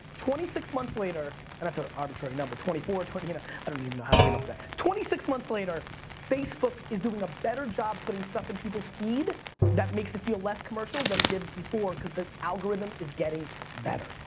twenty six months later and that's an arbitrary number, twenty four, twenty you know, i don't even know how i came up with that. twenty six months later facebook is doing a better job putting stuff in people's feed that makes it feel less commercial than it did before because the algorithm is getting better.